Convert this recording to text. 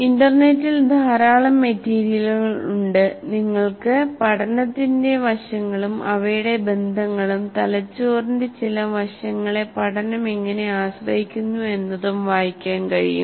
ഇന്റർനെറ്റിൽ ധാരാളം മെറ്റീരിയലുകൾ ഉണ്ട് നിങ്ങൾക്ക് പഠനത്തിന്റെ വശങ്ങളും അവയുടെ ബന്ധങ്ങളും തലച്ചോറിന്റെ ചില വശങ്ങളെ പഠനം എങ്ങിനെ ആശ്രയിക്കുന്നു എന്നതും വായിക്കാൻ കഴിയും